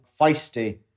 Feisty